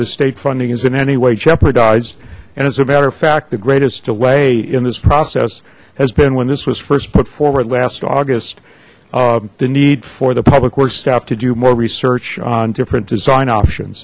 the state funding is in any way jeopardized and as a matter of fact the greatest delay in this process has been when this was first put forward last august the need for the public works staff to do more research on different design options